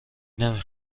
نمی